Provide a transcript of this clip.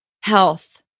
Health